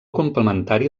complementari